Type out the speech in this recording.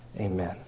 Amen